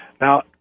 Now